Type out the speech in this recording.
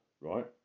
right